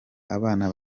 abana